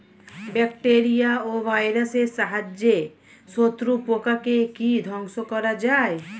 Bacteria ও ভাইরাসের সাহায্যে শত্রু পোকাকে কি ধ্বংস করা যায়?